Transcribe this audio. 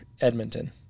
edmonton